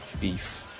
beef